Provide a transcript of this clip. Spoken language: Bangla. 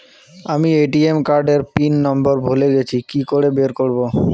আমি এ.টি.এম কার্ড এর পিন নম্বর ভুলে গেছি কি করে বের করব?